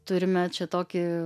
turime čia tokį